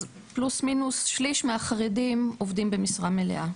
פלוס מינוס שליש מהחרדים עובדים במשרה מלאה.